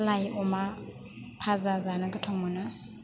लाइ अमा भाजा जानो गोथाव मोनो